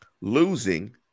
losing